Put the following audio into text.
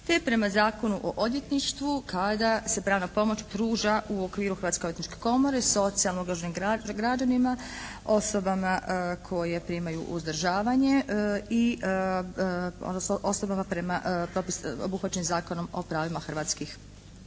te prema Zakonu o odvjetništvu kada se pravna pomoć pruža u okviru Hrvatske odvjetničke komore socijalno ugroženim građanima, osobama koje primaju uzdržavanje i odnosno osobama prema obuhvaćenim Zakonom o pravima hrvatskih